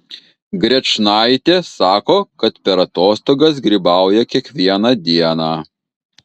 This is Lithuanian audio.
grečnaitė sako kad per atostogas grybauja kiekvieną dieną